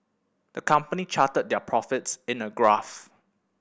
the company charted their profits in a graph